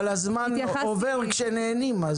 אבל הזמן עובר כשנהנים.